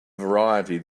variety